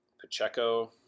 Pacheco